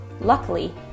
Luckily